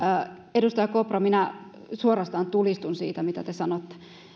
edustaja kopra minä suorastaan tulistun siitä mitä te sanotte